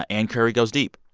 ah ann curry goes deep.